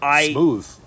smooth